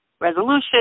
resolution